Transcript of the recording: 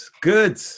good